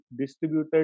distributed